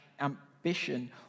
ambition